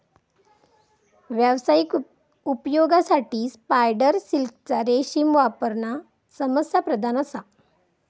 व्यावसायिक उपयोगासाठी स्पायडर सिल्कचा रेशीम वापरणा समस्याप्रधान असा